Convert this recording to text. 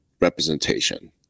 representation